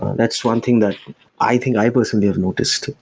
that's one thing that i think i personally have noticed.